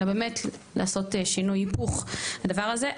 אלא לעשות היפוך עם הדבר הזה.